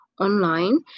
online